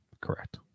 correct